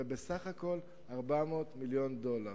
זה בסך הכול 400 מיליון דולר.